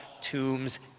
tombs